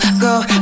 go